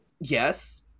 yes